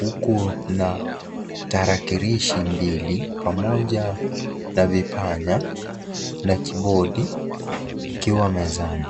huku na tarakilishi mbili pamoja na vipanya na kibodi vikiwa mezani.